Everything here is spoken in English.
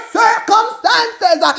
circumstances